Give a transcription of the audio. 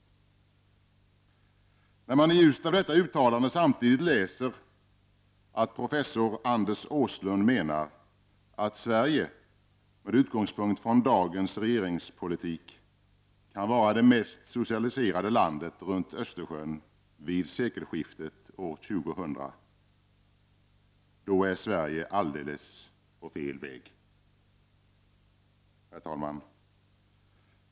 När man i ljuset av detta uttalande samtidigt läser att professor Anders Åslund menar att Sverige med utgångspunkt i dagens regeringspolitik kan vara det mest socialiserade landet runt Östersjön vid sekelskiftet år 2000, då är Sverige alldeles på fel väg. Herr talman!